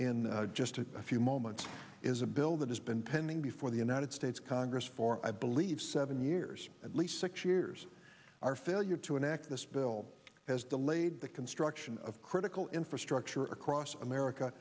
in just a few moments is a bill that has been pending before the united states congress for i believe seven years at least six years our failure to enact this bill has delayed the construction of critical infrastructure across america